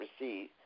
receive